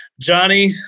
Johnny